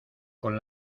con